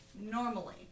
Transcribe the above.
normally